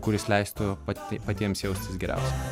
kuris leistų pat patiems jaustis geriausiai